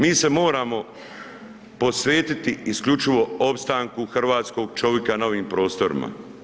Mi se moramo posvetiti isključivo opstanku hrvatskog čovjeka na ovim prostorima.